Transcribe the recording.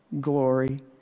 glory